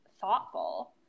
thoughtful